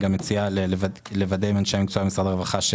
אני מציע גם לוודא עם אנשי המקצוע ממשרד הרווחה.